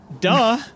Duh